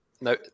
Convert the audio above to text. No